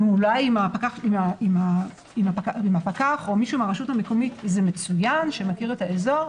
אולי עם הפקח או מישהו מהרשות המקומית שמכיר את האזור.